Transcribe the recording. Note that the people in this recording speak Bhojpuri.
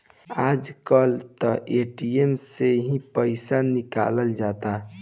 आज कल त ए.टी.एम से ही पईसा निकल जाता